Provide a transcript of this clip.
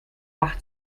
wach